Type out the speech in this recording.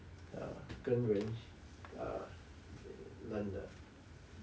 err 跟人 err learn 的